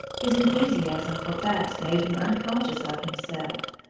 his enthusiasm for facts made him unconscious of himself.